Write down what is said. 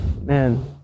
man